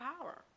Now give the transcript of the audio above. power